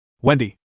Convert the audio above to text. Wendy